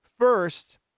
First